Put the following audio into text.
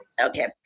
Okay